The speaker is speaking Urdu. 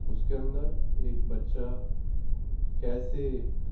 اس کے اندر ایک بچہ کیسے